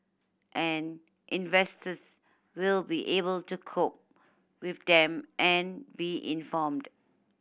and investors will be able to cope with them and be informed